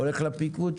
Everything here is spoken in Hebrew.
הולך לפיקוד,